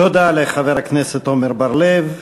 תודה לחבר הכנסת עמר בר-לב.